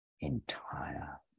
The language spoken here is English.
entire